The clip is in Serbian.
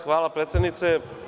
Hvala predsednice.